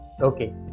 Okay